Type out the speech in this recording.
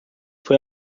foi